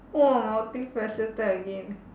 !wah! multi faceted again